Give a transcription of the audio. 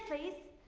please.